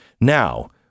Now